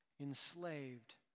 enslaved